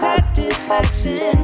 Satisfaction